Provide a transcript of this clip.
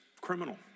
criminal